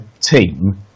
team